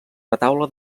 retaule